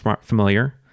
familiar